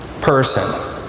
person